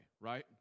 right